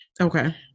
Okay